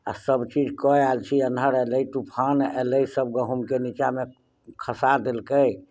आ सभ चीज कऽ आयल छी अन्हर एलै तूफान एलै सभ गहूँमके नीचाँमे खसा देलकै